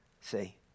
see